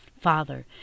Father